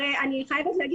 אני חייבת לומר